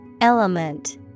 Element